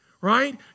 right